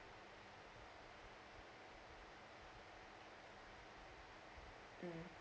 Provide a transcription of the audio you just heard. mm